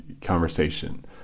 conversation